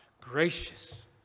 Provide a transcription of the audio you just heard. gracious